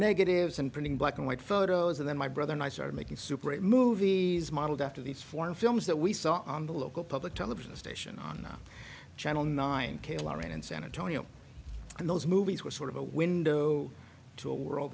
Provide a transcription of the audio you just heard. negatives and printing black and white photos and then my brother and i started making super eight movies modeled after these four films that we saw on the local public television station on channel nine and santa tonio and those movies were sort of a window to a world